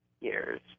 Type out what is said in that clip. years